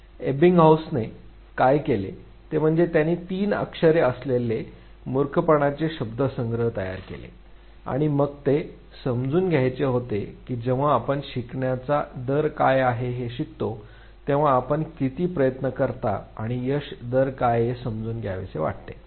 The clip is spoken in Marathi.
एबिंगाऊसने काय केले ते म्हणजे त्याने तीन अक्षरे असलेले मूर्खपणाचे शब्दसंग्रह तयार केले आणि मग ते समजून घ्यायचे होते की जेव्हा आपण शिकण्याचा दर काय आहे हे शिकतो तेव्हा आपण किती प्रयत्न करता आणि यश दर काय आहे हे समजून घ्यावेसे वाटते